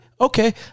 Okay